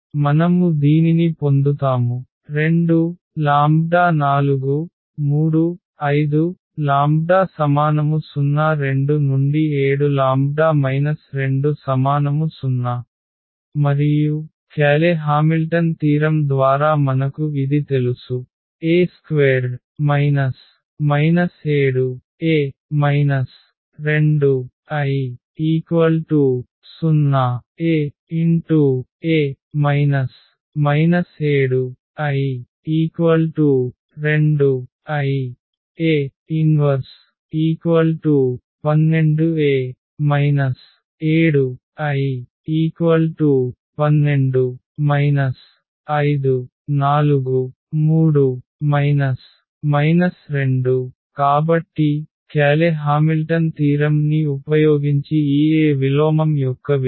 మనము దీనిని పొందుతాము 2 λ 4 3 5 λ 0⟹2 7λ 20 మరియు క్యాలె హామిల్టన్ తీరం ద్వారా మనకు ఇది తెలుసు A2 7A 2I0 ⟹AA 7I2I ⟹A 112A 7I 12 5 4 3 2 కాబట్టి క్యాలె హామిల్టన్ తీరం ని ఉపయోగించి ఈ A విలోమం యొక్క విలువ